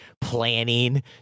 planning